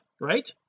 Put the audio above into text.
right